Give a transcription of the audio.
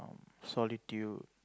solitude